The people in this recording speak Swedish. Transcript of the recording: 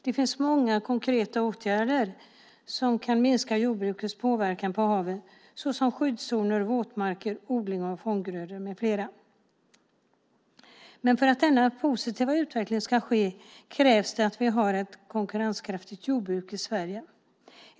Det finns många konkreta åtgärder som kan minska jordbrukets påverkan på haven, såsom skyddszoner, våtmarker och odling av fånggrödor med flera. Men för att denna positiva utveckling ska ske krävs det att vi har ett konkurrenskraftigt jordbruk i Sverige.